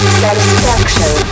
satisfaction